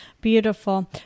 Beautiful